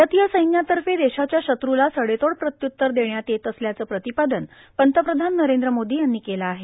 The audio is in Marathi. भारतीय सैन्यातफ देशाच्या शत्रूला सडेतोड प्रत्युत्तर देण्यात येत असल्याचं प्रातपादन पंतप्रधान नरद्र मोदों यांनी केलं आहे